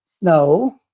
No